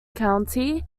county